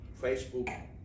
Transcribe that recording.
Facebook